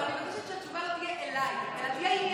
אבל אני מבקשת שהתשובה לא תהיה אליי אלא תהיה עניינית,